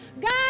God